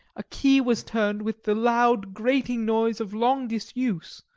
a key was turned with the loud grating noise of long disuse,